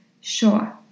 Sure